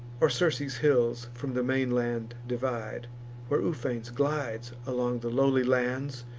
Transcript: or circe's hills from the main land divide where ufens glides along the lowly lands,